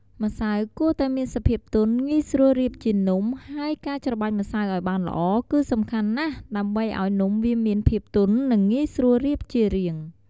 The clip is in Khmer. ម្សៅគួរតែមានសភាពទន់ ងាយស្រួលរៀបជានំ ហើយការច្របាច់ម្សៅឲ្យបានល្អ គឺសំខាន់ណាស់ដើម្បីឲ្យនំមានភាពទន់ និងងាយស្រួលរៀបជារាង។